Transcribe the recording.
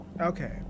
Okay